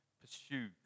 pursue